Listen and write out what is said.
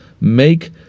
make